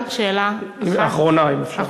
אם אפשר, שאלה, אחרונה, אם אפשר.